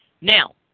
Now